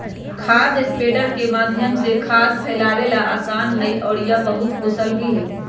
खाद स्प्रेडर के माध्यम से खाद फैलावे ला आसान हई और यह बहुत कुशल भी हई